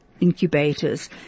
incubators